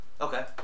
Okay